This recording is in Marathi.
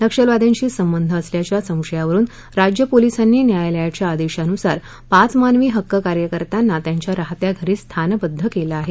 नक्षलवादयांशी संबध असल्याच्या संशयावरुन राज्य पोलीसांनी न्यायालयाच्या आदेशानुसार पाच मानवी हक्क कार्यकर्त्यांना त्यांच्या राहत्या घरीच स्थानबद्द केलं आहे